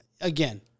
again